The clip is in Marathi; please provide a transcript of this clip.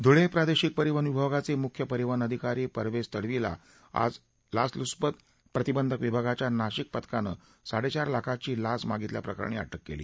धुळे प्रादेशिक परिवहन विभागाचे मुख्य परिवहन अधिकारी परवेझ तडवीला आज लाचलुपत प्रतिबंधक विभागाच्या नाशिक पथकानं साडेचार लाखाची लाच मागितल्या प्रकरणी अटक केली